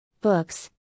books